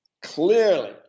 Clearly